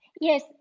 Yes